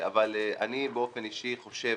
אני באופן אישי חושב